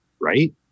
Right